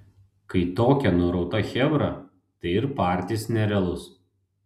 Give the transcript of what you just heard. kai tokia nurauta chebra tai ir partis nerealus